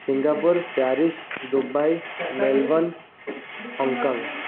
Singapore Paris Dubai Melbourne Hong Kong